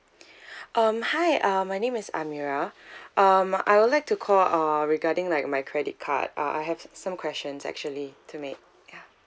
um hi uh my name is amirah um I would like to call uh regarding like my credit card uh I have some questions actually to make ya